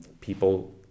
people